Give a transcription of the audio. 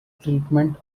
treatment